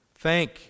Thank